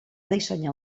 dissenyar